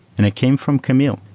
and it came from kamil.